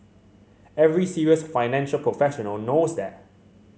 every serious financial professional knows that